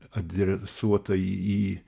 adresuota į į